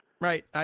Right